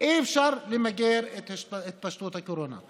למגר את הקורונה.